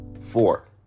four